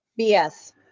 BS